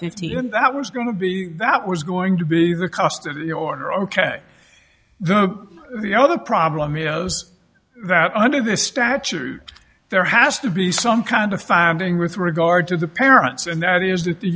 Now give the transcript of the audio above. fifteen that was going to be that was going to be the custody order ok though the other problem was that under this statute there has to be some kind of founding with regard to the parents and that is that the